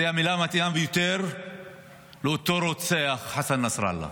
היא המילה המתאימה ביותר לאותו רוצח, חסן נסראללה.